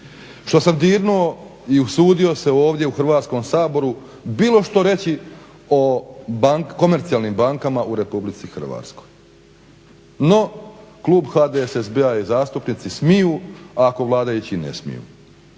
što sam dirnuo i usudio se ovdje u Hrvatskom saboru bilo što reći o komercijalnim bankama u RH. No, klub HDSSB-a i zastupnici smiju ako vladajući ne smiju.